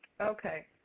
Okay